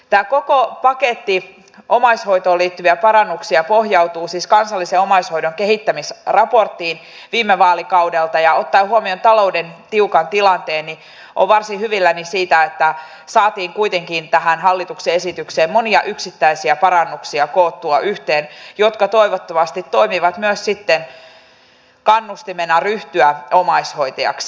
tämä koko paketti omaishoitoon liittyviä parannuksia pohjautuu siis kansallisen omaishoidon kehittämisraporttiin viime vaalikaudelta ja ottaen huomioon talouden tiukan tilanteen olen varsin hyvilläni siitä että saatiin kuitenkin tähän hallituksen esitykseen koottua yhteen monia yksittäisiä parannuksia jotka toivottavasti toimivat myös sitten kannustimena ryhtyä omaishoitajaksi